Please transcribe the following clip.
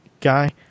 guy